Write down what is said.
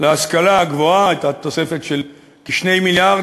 להשכלה הגבוהה הייתה תוספת של כ-2 מיליארד,